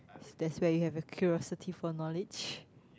that's where have curiosity for knowledge